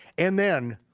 and then,